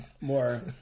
more